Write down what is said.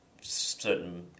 certain